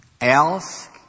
else